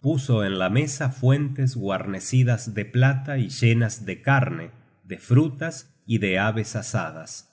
puso en la mesa fuentes guarnecidas de plata y llenas de carne de frutas y de aves asadas